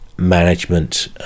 management